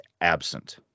absent